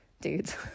dudes